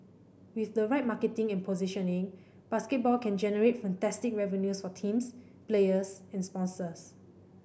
with the right marketing and positioning basketball can generate fantastic revenues for teams players and sponsors